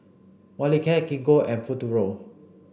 Molicare Gingko and Futuro